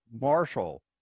Marshall